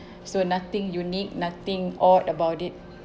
so nothing unique nothing odd about it